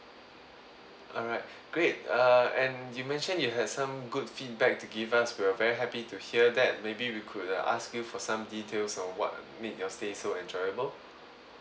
alright great uh and you mentioned you has some good feedback to give us we're very happy to hear that maybe we could uh ask you for some details on what made your stay so enjoyable